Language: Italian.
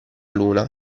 luna